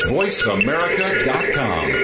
voiceamerica.com